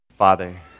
Father